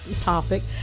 topic